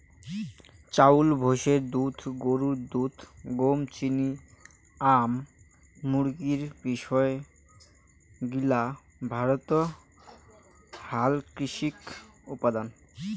চাউল, ভৈষের দুধ, গরুর দুধ, গম, চিনি, আম, মুরগী বিষয় গিলা ভারতত হালকৃষিত উপাদান